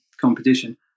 competition